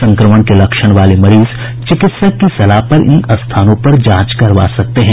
संक्रमण के लक्षण वाले मरीज चिकित्सक की सलाह पर इन स्थानों पर जांच करवा सकते हैं